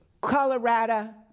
Colorado